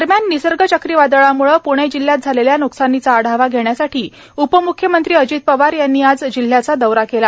दरम्यान निसर्ग चक्रीवादळाम्ळे प्णे जिल्ह्यात झालेल्या न्कसानीचा आढावा घेण्यासाठी उपम्ख्यमंत्री अजित पवार यांनी आज जिल्ह्याचा दौरा केला